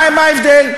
מה ההבדל?